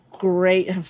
Great